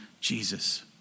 Jesus